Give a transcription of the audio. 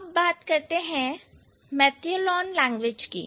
अब बात करते हैं Meiteilon मैतियलोन लैंग्वेज की